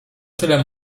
tyle